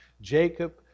Jacob